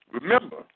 Remember